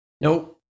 Nope